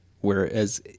Whereas